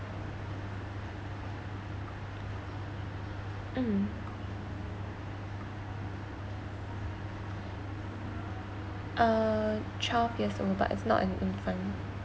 mm uh twelve years old but it's not an infant